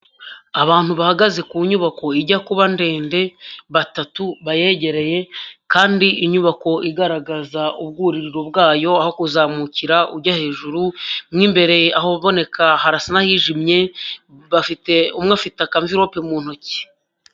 Abantu bahagaze ku nyubako ijya kuba ndende batatu bayegereye kandi inyubako igaragaza ubwuriro bwayo aho kuzamukira ujya hejuru, mo imbere ahaboneka harasa n'ahijimye, bafite umwe afite akamvirope mu ntoki.